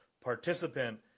participant